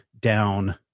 down